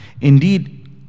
Indeed